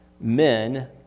men